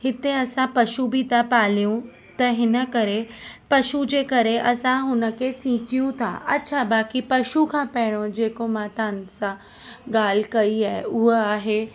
हिते असां पशू बि था पालियूं त हिने करे पशू जे करे असां हुनखे सीचियूं था अछा बाक़ी पशू खां पहिरियों जेको मां तव्हांसां ॻाल्हि कई आहे उहा आहे